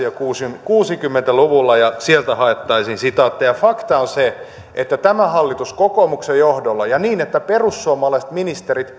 jo kuusikymmentä luvulla ja sieltä haettaisiin sitaatteja fakta on se että tämä hallitus kokoomuksen johdolla ja niin että perussuomalaiset ministerit